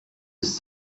ist